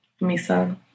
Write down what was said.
Misa